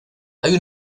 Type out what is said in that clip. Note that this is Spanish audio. hay